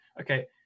okay